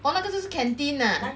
orh 那个就是 canteen ah